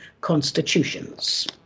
constitutions